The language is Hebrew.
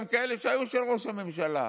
גם כאלה שהיו של ראש הממשלה?